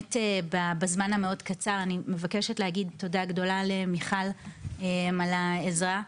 ובאמת בזמן המאוד קצר אני מבקשת להגיד תודה גדולה למיכל על העזרה.